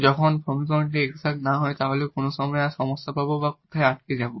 যখন সমীকরণটি এক্সাট না হয় তাহলে কোন সময়ে আমরা সমস্যা পাবো বা কোথায় আটকে যাব